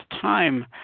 time